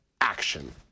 action